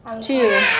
Two